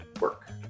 work